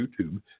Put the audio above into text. YouTube